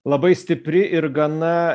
labai stipri ir gana